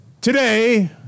Today